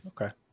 okay